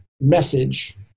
message